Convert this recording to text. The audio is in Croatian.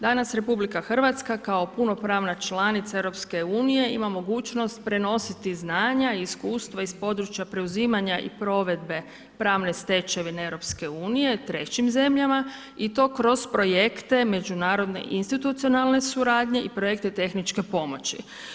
Danas RH kao punopravna članica EU ima mogućnost prenositi znanja i iskustva iz područja preuzimanja i provedbe pravne stečevine EU trećim zemljama i to kroz projekte međunarodne institucionalne suradnje i projekte tehničke pomoći.